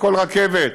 לכל רכבת.